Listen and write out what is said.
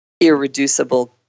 irreducible